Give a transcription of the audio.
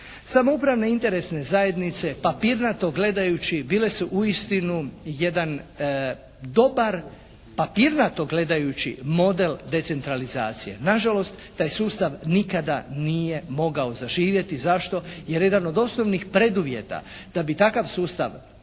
Samoupravne interesne zajednice papirnato gledajući bile su uistinu jedan dobar papirnato gledajući model decentralizacije. Na žalost taj sustav nikada nije mogao zaživjeti. Zašto? Jer jedan od osnovnih preduvjeta da bi takav sustav